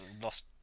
lost